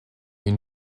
une